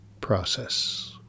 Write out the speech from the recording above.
process